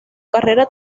carrera